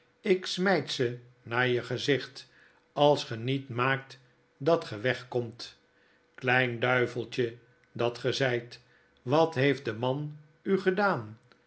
lk gmyt ze naar je gezicht als genietmaakt dat ge weg komt klein duiveltje dat ge zyt wat heeft de man u gedaan